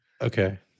Okay